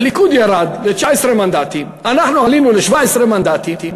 הליכוד ירד ל-19 מנדטים, אנחנו עלינו ל-17 מנדטים.